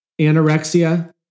anorexia